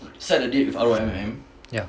ya